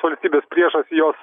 valstybės priešas jos